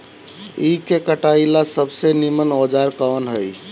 ईख के कटाई ला सबसे नीमन औजार कवन होई?